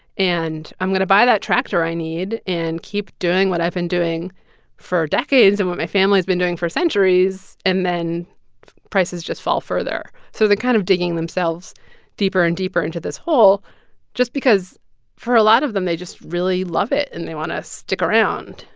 and i'm going to buy that tractor i need and keep doing what i've been doing for decades and what my family's been doing for centuries. and then prices just fall further so they're kind of digging themselves deeper and deeper into this hole just because for a lot of them, they just really love it, and they want to stick around.